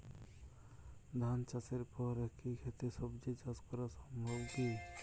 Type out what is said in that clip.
ধান চাষের পর একই ক্ষেতে সবজি চাষ করা সম্ভব কি?